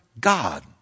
God